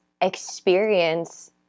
experience